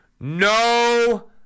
no